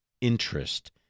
interest